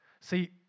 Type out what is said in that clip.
See